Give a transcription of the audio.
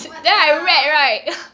what the